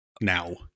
now